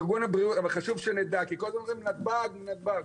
חשוב שנדע כי כל הזמן אומרים נתב"ג, נתב"ג,